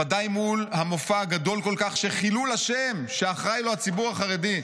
ודאי מול המופע הגדול כל כך של חילול השם שאחראי לו הציבור החרדי.